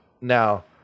now